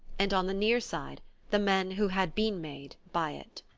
and on the near side the men who had been made by it.